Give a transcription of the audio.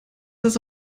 das